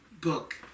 book